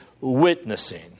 witnessing